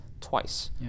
twice